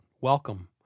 welcome